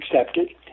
accepted